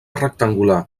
rectangular